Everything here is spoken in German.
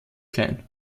klein